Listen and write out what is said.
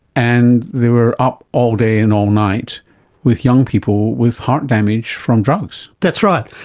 and they were up all day and all night with young people with heart damage from drugs. that's right.